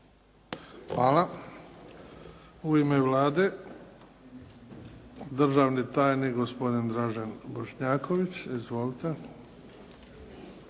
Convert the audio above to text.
Hvala. U ime Vlade, državni tajnik, gospodin Dražen Bošnjaković. Izvolite.